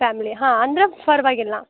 family ಹಾಂ ಅಂದರೆ ಪರವಾಗಿಲ್ಲ